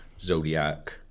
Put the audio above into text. Zodiac